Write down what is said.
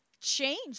change